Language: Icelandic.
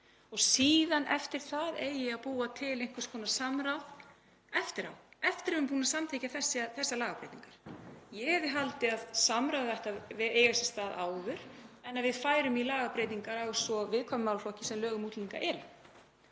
og síðan eigi að búa til einhvers konar samráð eftir á, eftir að búið er að samþykkja þessar lagabreytingar. Ég hefði haldið að samráðið ætti að eiga sér stað áður en við færum í lagabreytingar á svo viðkvæmum málaflokki sem lög um útlendinga eru.